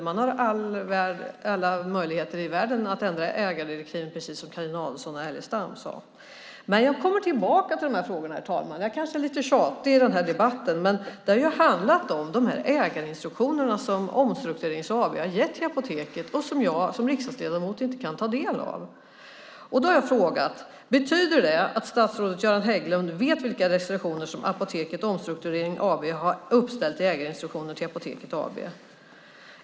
Man har alla möjligheter i världen att ändra ägardirektiven, precis som Carina Adolfsson Elgestam sade. Jag kommer tillbaka till frågorna, herr talman. Jag kanske är lite tjatig i debatten, men den har ju handlat om de ägarinstruktioner som Apoteket Omstrukturering AB har gett till Apoteket och som jag som riksdagsledamot inte kan ta del av. Jag har frågat om detta betyder att statsrådet Göran Hägglund vet vilka restriktioner som Apoteket Omstrukturering AB har ställt upp i ägarinstruktioner till Apoteket AB.